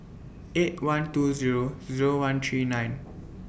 eight one two Zero Zero one three nine